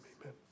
amen